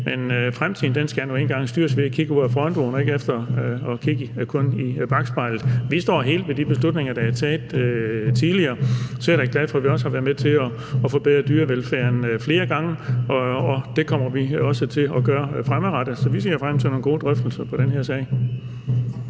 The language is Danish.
Men fremtiden skal nu engang styres ved at kigge ud af frontruden og ikke ved kun at kigge i bakspejlet. Vi står helt ved de beslutninger, der er taget tidligere, og så er jeg da glad for, at vi også har været med til at forbedre dyrevelfærden flere gange, og det kommer vi også til at gøre fremadrettet. Så vi ser frem til nogle gode drøftelser om den her sag.